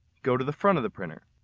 go to the front of the printer.